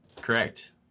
Correct